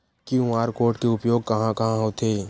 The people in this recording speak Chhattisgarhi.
क्यू.आर कोड के उपयोग कहां कहां होथे?